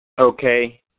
Okay